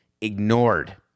ignored